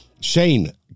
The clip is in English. Shane